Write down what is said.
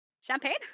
Champagne